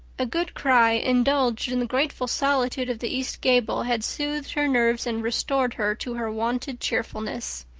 a good cry, indulged in the grateful solitude of the east gable, had soothed her nerves and restored her to her wonted cheerfulness.